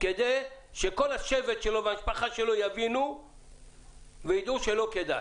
כדי שכל השבט והמשפחה שלו יבינו וידעו שלא כדאי.